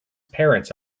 parents